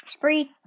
free